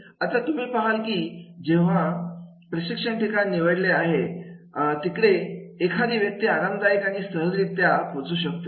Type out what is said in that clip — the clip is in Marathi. आता तुम्ही पहाल की जे प्रशिक्षण ठिकाण निवडलेल आहे तिकडे एखादी व्यक्ती आरामदायक आणि सहजरित्या पोहोचू शकते